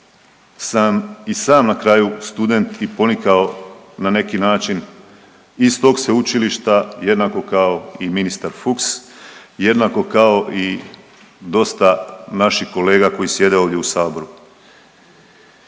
sam i sam na kraju student i ponikao na neki način iz tog sveučilišta jednako kao i ministar Fuchs, jednako kao i dosta naših kolega koji sjede ovdje u saboru.